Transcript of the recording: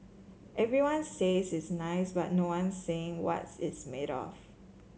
everyone says it's nice but no one's saying what's it's made of